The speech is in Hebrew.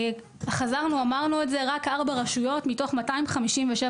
נשוב ונאמר שרק ארבע רשויות מתוך 257